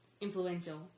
influential